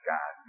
God